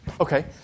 Okay